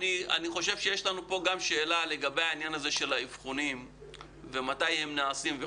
יש שאלה לגבי העניין של האבחונים ומתי הם נעשים.